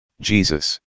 Jesus